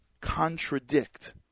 contradict